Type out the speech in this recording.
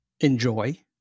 enjoy